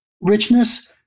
richness